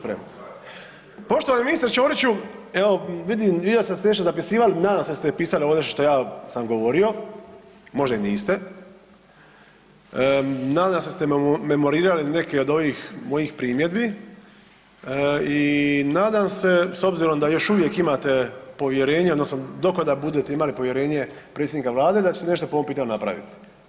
Poštovani ministre Ćoriću, evo vidim da ste nešto zapisivali, nadam se da ste zapisali ovdje što ja sam govorio, možda i niste, nadam se da ste umemorirali neke od ovih mojih primjedbi i nadam se, s obzirom da još uvijek imate povjerenje odnosno dok god budete imali povjerenje predsjednika vlade da ćete nešto po ovom pitanju napravit.